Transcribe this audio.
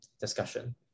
discussion